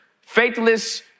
faithless